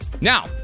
Now